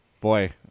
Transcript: Boy